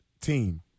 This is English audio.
team